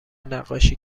نقاشی